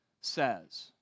says